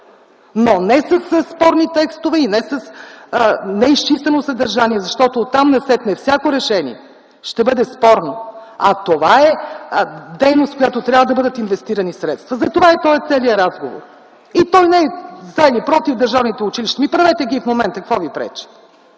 но не със спорни текстове и неизчистено съдържание, защото оттам насетне всяко решение ще бъде спорно, а това е дейност, в която трябва да бъдат инвестирани средства. Затова е целият този разговор, той не е за или против държавните училища. Правете ги и в момента, какво ви пречи?